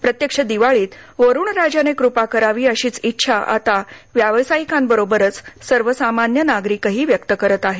प्रत्यक्ष दिवाळीत वरुणराजाने कृपा करावी अशीच इच्छा आता व्यावसायिकांबरोबरच सर्वसामान्य नागरिकही व्यक्त करत आहेत